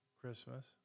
Christmas